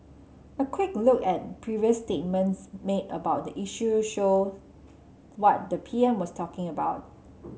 a quick look at previous statements made about the issue show what the P M was talking about